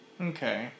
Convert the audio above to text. Okay